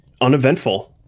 uneventful